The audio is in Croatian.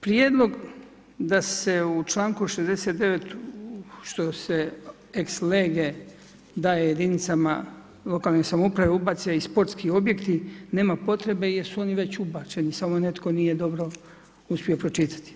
Prijedlog da se u čl. 69. što se ex lege, daje jedinicama lokalne samouprave ubace i sportski objekti, nema potrebe, jer su oni već ubačeni, samo netko nije dobro uspio pročitati.